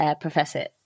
Professor